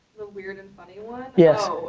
weird and funny one? yes.